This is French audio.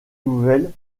nouvelles